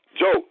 Joe